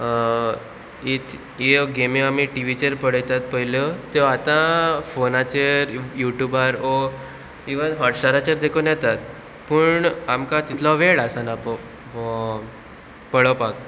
हीच ह्यो गेमी आमी टिवीचेर पोळेतात पयल्यो त्यो आतां फोनाचेर यू ट्यूबार ओ इवन हॉटस्टाराचेर देखून येतात पूण आमकां तितलो वेळ आसना पो पळोवपाक